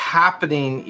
happening